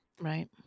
Right